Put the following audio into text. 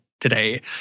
today